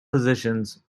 positions